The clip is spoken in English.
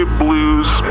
blues